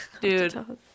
Dude